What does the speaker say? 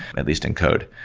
and at least in code.